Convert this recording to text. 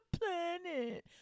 planet